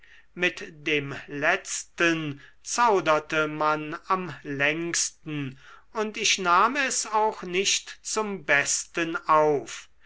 mit dem letztem zauderte man am längsten und ich nahm es auch nicht zum besten auf